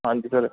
ਹਾਂਜੀ ਸਰ